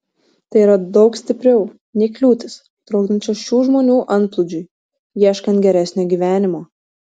tai yra daug stipriau nei kliūtys trukdančios šių žmonių antplūdžiui ieškant geresnio gyvenimo